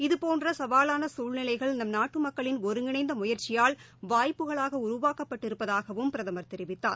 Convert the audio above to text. இதுபோன்ற சவாவான சூழ்நிலைகள் நம் நாட்டு மக்களின் ஒருங்கிணைந்த முயற்சியால் வாய்ப்புகளாக உருவாக்கப்பட்டிருப்பதாகவும் பிரதமர் தெரிவித்தார்